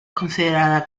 considerada